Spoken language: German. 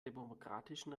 demokratischen